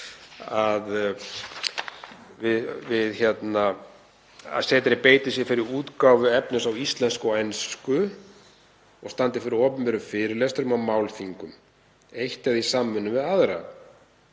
tillögu að setrið beiti sér fyrir útgáfu efnis á íslensku og ensku og standi fyrir opinberum fyrirlestrum og málþingum eitt eða í samvinnu við aðra.